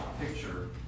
picture